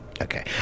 Okay